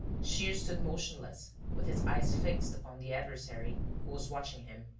shears stood motionless, with his eyes fixed upon the adversary who was watching him.